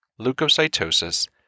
leukocytosis